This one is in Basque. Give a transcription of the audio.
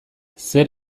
zer